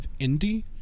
indie